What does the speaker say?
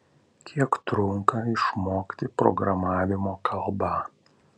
kiek trunka išmokti programavimo kalbą